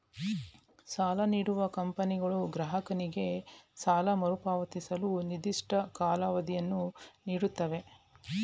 ಸಾಲ ನೀಡುವ ಕಂಪನಿಗಳು ಗ್ರಾಹಕನಿಗೆ ಸಾಲ ಮರುಪಾವತಿಸಲು ನಿರ್ದಿಷ್ಟ ಕಾಲಾವಧಿಯನ್ನು ನೀಡುತ್ತವೆ